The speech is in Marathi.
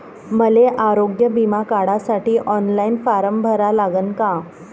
मले आरोग्य बिमा काढासाठी ऑनलाईन फारम भरा लागन का?